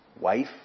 Wife